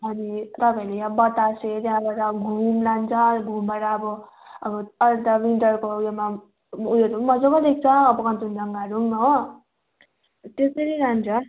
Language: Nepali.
अनि तपाईँहरूले अब बतासे त्यहाँबाट घुम लान्छ घुमबाट अब अब अहिले त विन्टरको उयोमा उयोहरू पनि मज्जाको देख्छ अब कन्चनजङ्घाहरू पनि हो त्यसरी लान्छ